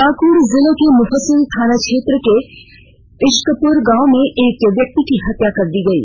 पाकुड़ जिले के मुफ्फसिल थाना क्षेत्र के इशाकपुर गांव मे एक व्यक्ति की हत्या कर दी गयी